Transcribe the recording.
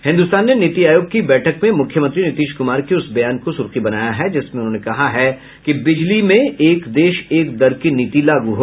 हिन्दुस्तान ने नीति आयोग की बैठक में मुख्यमंत्री नीतीश कुमार के उस बयान को सुर्खी बनाया है जिसमें उन्होंने कहा है कि बिजली में एक देश एक दर की नीति लागू हो